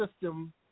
system